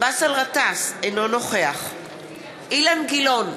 באסל גטאס, אינו נוכח אילן גילאון,